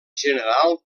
general